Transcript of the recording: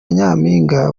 nyampinga